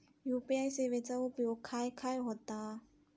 UPI सेवेचा उपयोग खाय खाय होता?